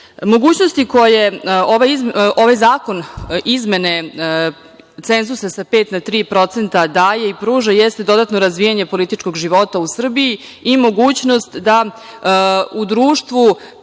Srbiji. Mogućnosti koje ove izmene cenzusa sa 5% na 3% daju i pružaju jesu dodatno razvijanje političkog života u Srbiji i mogućnost da u društvu